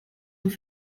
nous